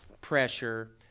pressure